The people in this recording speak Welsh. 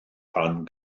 pan